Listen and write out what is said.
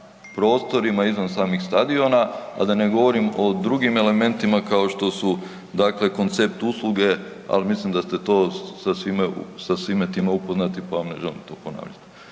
prostorima izvan samih stadiona a da ne govorim o drugim elementima kao što su dakle koncept usluge ali mislim da ste to sa svime time upoznati pa ne želim to ponavljati.